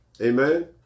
Amen